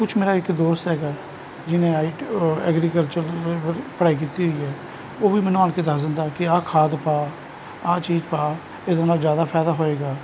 ਕੁਛ ਮੇਰਾ ਇੱਕ ਦੋਸਤ ਹੈਗਾ ਜਿਹਣੇ ਆਈ ਟੀ ਉਹ ਐਗਰਿਕਲਚਰ ਦੀ ਥੋੜ੍ਹੀ ਬਹੁਤੀ ਪੜ੍ਹਾਈ ਕੀਤੀ ਹੋਈ ਹੈ ਉਹ ਵੀ ਮੈਨੂੰ ਆਣ ਕੇ ਦੱਸ ਦਿੰਦਾ ਕਿ ਆਹ ਖਾਦ ਪਾ ਆਹ ਚੀਜ਼ ਪਾ ਇਹਦੇ ਨਾ ਜ਼ਿਆਦਾ ਫਾਇਦਾ ਹੋਏਗਾ